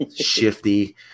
shifty